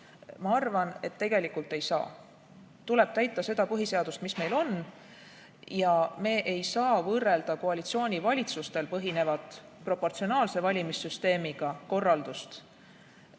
Ma arvan, et tegelikult ei saa. Tuleb täita seda põhiseadust, mis meil on. Me ei saa võrrelda koalitsioonivalitsustel põhinevat proportsionaalse valimissüsteemiga korraldust